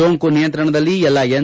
ಸೋಂಕು ನಿಯಂತ್ರಣದಲ್ಲಿಎಲ್ಲಾ ಎನ್